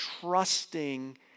trusting